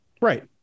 right